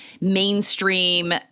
mainstream